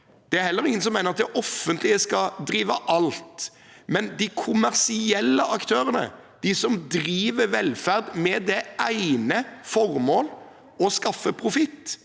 Det er heller ingen som mener at det offentlige skal drive alt. Men de kommersielle aktørene, de som driver velferd med det ene formål å skaffe profitt,